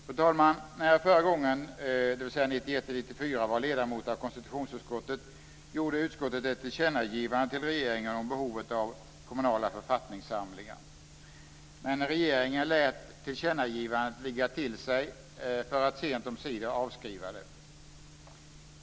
Fru talman! När jag förra gången, 1991-1994, var ledamot av konstitutionsutskottet, gjorde utskottet ett tillkännagivande till regeringen om behovet av kommunala författningssamlingar. Men regeringen lät tillkännagivandet ligga till sig för att sent omsider avskriva det.